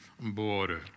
border